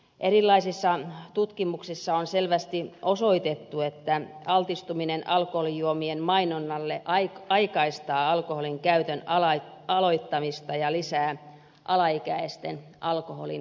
erilaisissa tutkimuksissa on selvästi osoitettu että altistuminen alkoholijuomien mainonnalle aikaistaa alkoholin käytön aloittamista ja lisää alaikäisten alkoholinkäyttöä